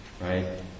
Right